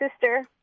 sister